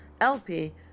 LP